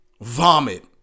vomit